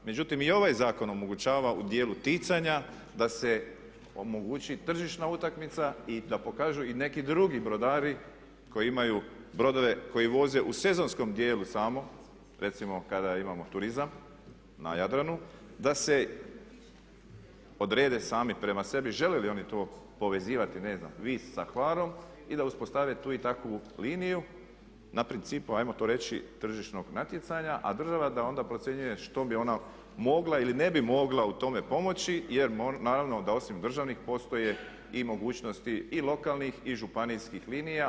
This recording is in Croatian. Međutim i ovaj zakon omogućava u dijelu ticanja da se omogući tržišna utakmica i da pokažu i neki drugi brodari kojim imaju brodove koje voze u sezonskom dijelu samo, recimo kada imamo turizam na Jadranu da se odrade sami prema sebi, žele li oni to povezivati, ne znam Vis sa Hvarom i da uspostave tu i takvu liniju na principu ajmo to reći tržišnog natjecanja a država onda da procjenjuje što bi ona mogla ili ne bi mogla u tome pomoći jer naravno da osim državnih postoje i mogućnosti i lokalnih i županijskih linija.